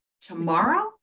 Tomorrow